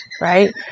right